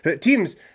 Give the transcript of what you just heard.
Teams